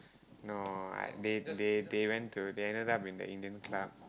no they they they ended up in the Indian club